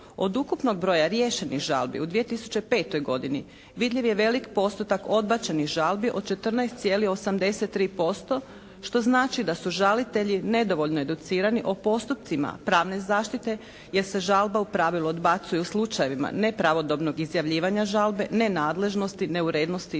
Od ukupnog broja riješenih žalbi u 2005. godini vidljiv je velik postotak odbačenih žalbi od 14,83% što znači da su žalitelji nedovoljno educirani o postupcima pravne zaštite, jer se žalba u pravilu odbacuje u slučajevima nepravodobnog izjavljivanja žalbe, nenadležnosti, neurednosti i dr.